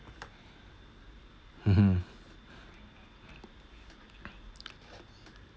mmhmm